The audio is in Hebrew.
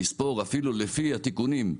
לספור אפילו לפי התיקונים,